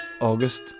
August